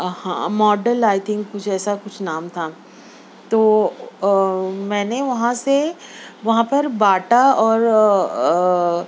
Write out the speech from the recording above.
model I think کچھ ایسا کچھ نام تھا تو میں نے وہاں سے وہاں پر باٹا اور